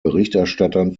berichterstattern